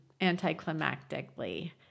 anticlimactically